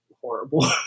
horrible